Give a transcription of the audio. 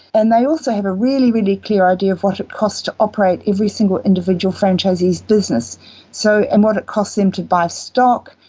and they also have a really, really clear idea of what it costs to operate every single individual franchisee's business so and what it costs them to buy stock,